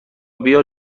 بیا